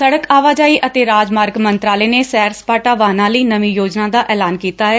ਸੜਕ ਆਵਾਜਾਈ ਅਤੇ ਰਾਜਮਾਰਗ ਮੰਤਰਾਲੇ ਨੇ ਸੈਰਸਪਾਟਾ ਵਾਹਨਾਂ ਲਈ ਨਵੀਂ ਯੋਜਨਾ ਦਾ ਐਲਾਨ ਕੀਤਾ ਏ